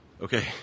Okay